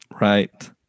Right